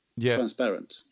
transparent